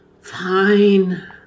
fine